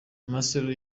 marcelo